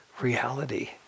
reality